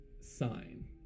sign